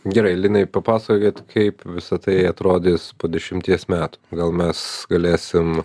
gerai linai papasakokit kaip visa tai atrodys po dešimties metų gal mes galėsim